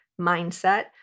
mindset